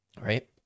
right